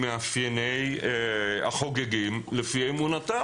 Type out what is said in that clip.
ממאפייני החוגגים לפי אמונתם.